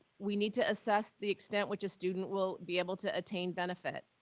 we need to assess the extent which a student will be able to attain benefit.